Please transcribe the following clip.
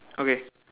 okay